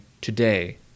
today